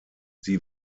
sie